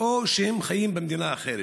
או שהם חיים במדינה אחרת?